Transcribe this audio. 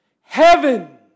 Heaven